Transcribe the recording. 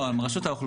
לא, מרשות האוכלוסין.